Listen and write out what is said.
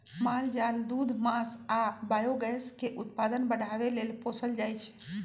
माल जाल दूध मास आ बायोगैस के उत्पादन बढ़ाबे लेल पोसल जाइ छै